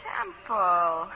Temple